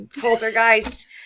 poltergeist